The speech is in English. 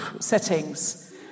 settings